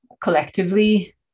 collectively